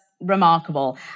remarkable